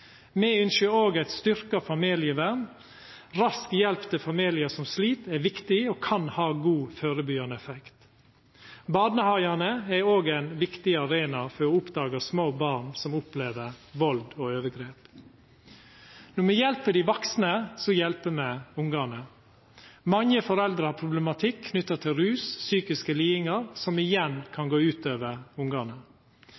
Me ønskjer òg eit styrkt familievern, for rask hjelp til familiar som slit, er viktig og kan ha god førebyggande effekt. Barnehagane er òg ein viktig arena for å oppdaga små barn som opplever vald og overgrep. Når me hjelper dei vaksne, hjelper me ungane. Mange foreldre har problematikk knytt til rus og psykiske lidingar, noko som igjen